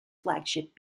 flagship